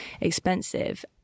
expensive